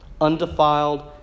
undefiled